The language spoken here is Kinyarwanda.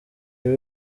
biba